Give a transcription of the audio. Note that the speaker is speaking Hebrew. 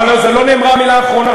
אבל על זה לא נאמרה המילה האחרונה,